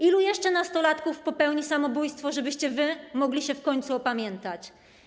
Ilu jeszcze nastolatków popełni samobójstwo, żebyście wy mogli się w końcu opamiętać?